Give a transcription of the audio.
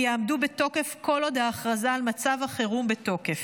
יעמדו בתוקף כל עוד ההכרזה על מצב החירום בתוקף.